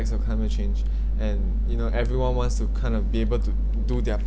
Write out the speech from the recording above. as a climate change and you know everyone wants to kind of be able to do their